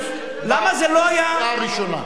אתה העמדת על 50,000 לקריאה ראשונה.